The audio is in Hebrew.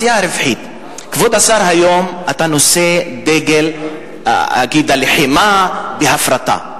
כבוד השר, היום אתה נושא דגל הלחימה בהפרטה.